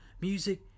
music